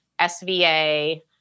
SVA